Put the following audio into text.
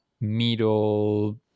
middle